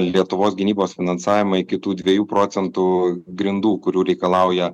lietuvos gynybos finansavimą iki tų dviejų procentų grindų kurių reikalauja